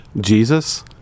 Jesus